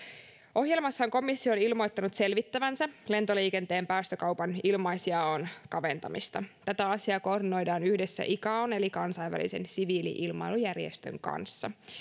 ohjelmassaan komissio on ilmoittanut selvittävänsä lentoliikenteen päästökaupan ilmaisjaon kaventamista tätä asiaa koordinoidaan yhdessä icaon eli kansainvälisen siviili ilmailujärjestön kanssa